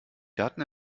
daten